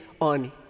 on